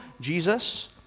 Jesus